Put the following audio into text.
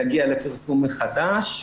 להגיע לפרסום מחדש.